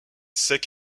sec